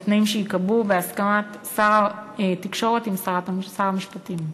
בתנאים שייקבעו בהסכמת שר התקשורת עם שר המשפטים,